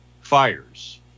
fires